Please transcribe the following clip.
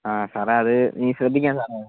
ആ സാറേ അത് ഇനി ശ്രദ്ധിക്കാം സാറേ